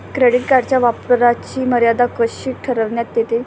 Credit कार्डच्या वापराची मर्यादा कशी ठरविण्यात येते?